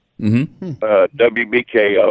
WBKO